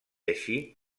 així